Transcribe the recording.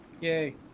Yay